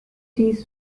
cheese